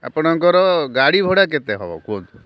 ଆପଣଙ୍କର ଗାଡ଼ି ଭଡ଼ା କେତେ ହେବ କୁହନ୍ତୁ